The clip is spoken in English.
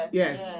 yes